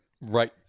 Right